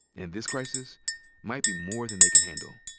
and this crisis might be more than they can handle.